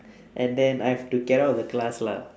and then I've to get out of the class lah